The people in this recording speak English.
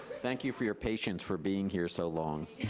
thank you for your patience for being here so long.